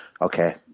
Okay